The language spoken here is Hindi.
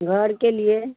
घर के लिए